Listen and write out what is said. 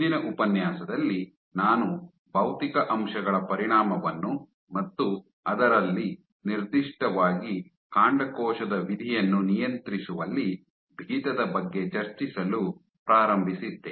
ಹಿಂದಿನ ಉಪನ್ಯಾಸದಲ್ಲಿ ನಾನು ಭೌತಿಕ ಅಂಶಗಳ ಪರಿಣಾಮವನ್ನು ಮತ್ತು ಅದರಲ್ಲಿ ನಿರ್ದಿಷ್ಟವಾಗಿ ಕಾಂಡಕೋಶದ ವಿಧಿಯನ್ನು ನಿಯಂತ್ರಿಸುವಲ್ಲಿ ಬಿಗಿತದ ಬಗ್ಗೆ ಚರ್ಚಿಸಲು ಪ್ರಾರಂಭಿಸಿದ್ದೆ